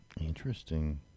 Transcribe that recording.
Interesting